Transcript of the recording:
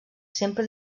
sempre